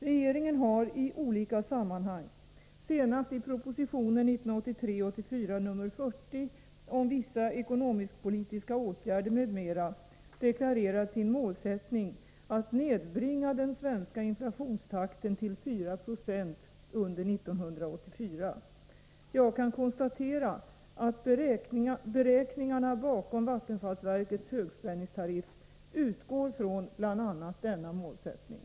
Regeringen har i olika sammanhang, senast i proposition 1983/84:40 om vissa ekonomisk-politiska åtgärder, m.m., deklarerat sin målsättning att nedbringa den svenska inflationstakten till 4 26 under år 1984. Jag kan konstatera att beräkningarna bakom vattenfallsverkets högspänningstariff utgår från bl.a. denna målsättning.